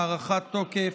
הארכת תוקף),